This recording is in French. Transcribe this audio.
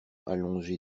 allongé